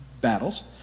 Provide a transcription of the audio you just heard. battles